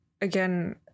again